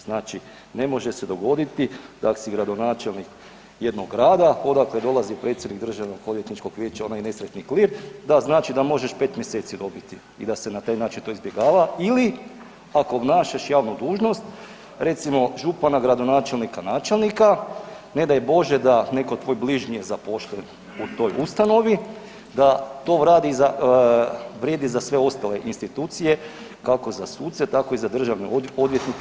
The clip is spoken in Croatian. Znači ne može se dogoditi da ako si gradonačelnik jednoga grada odakle dolazi predsjednik Državnog odvjetničkog vijeća onaj nesretni … [[ne razumije se]] da znači da možeš 5 mjeseci dobiti i da se na taj način to izbjegava ili ako obnašaš javnu dužnost recimo župana, gradonačelnika, načelnika ne daj Bože da netko tvoj bližnji zaposlen u toj ustanovi da to vrijedi za sve ostale institucije kako za suce tako i za državne odvjetnike.